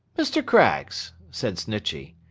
mr. craggs said snitchey,